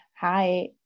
Hi